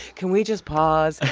can we just pause.